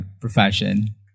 profession